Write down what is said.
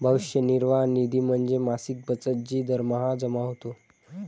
भविष्य निर्वाह निधी म्हणजे मासिक बचत जी दरमहा जमा होते